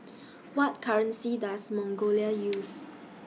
What currency Does Mongolia use